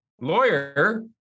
lawyer